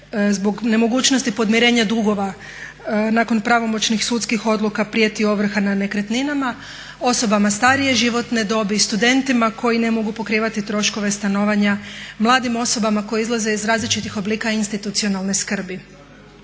zbog nemogućnosti podmirenja dugova nakon pravomoćnih sudskih odluka prijeti ovrha na nekretninama, osobama starije životne dobi, studentima koji ne mogu pokrivati troškove stanovanja, mladim osobama koje izlaze iz različitih oblika institucionalne skrbi.